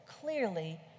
clearly